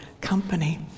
company